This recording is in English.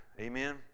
Amen